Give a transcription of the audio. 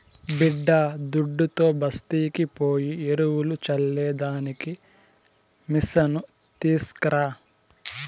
బిడ్డాదుడ్డుతో బస్తీకి పోయి ఎరువులు చల్లే దానికి మిసను తీస్కరా